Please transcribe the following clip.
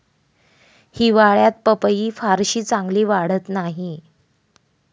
हिवाळ्यात पपई फारशी चांगली वाढत नाही